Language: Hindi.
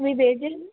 अभी भेजें न